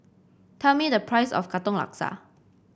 tell me the price of Katong Laksa